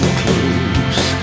close